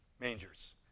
mangers